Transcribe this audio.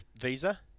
visa